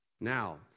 Now